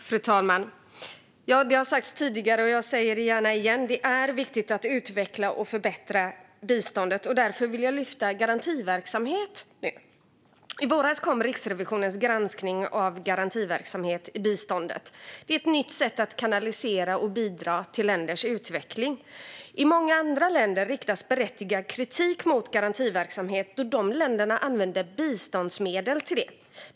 Fru talman! Det har sagts tidigare, och jag säger det gärna igen: Det är viktigt att utveckla och förbättra biståndet. Därför vill jag nu lyfta fram garantiverksamhet. I våras kom Riksrevisionens granskning av garantiverksamhet i biståndet. Det är ett nytt sätt att kanalisera och bidra till länders utveckling. I många andra länder riktas berättigad kritik mot garantiverksamhet då de länderna använder biståndsmedel till det.